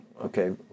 okay